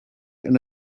and